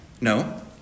No